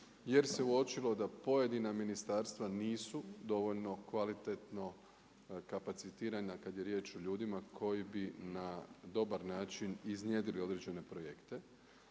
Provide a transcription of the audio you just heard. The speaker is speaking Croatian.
jer se uočilo da pojedina ministarstva nisu dovoljno kvalitetno kapacitirana kada je riječ o ljudima koji bi na dobar način iznjedrio određene projekte.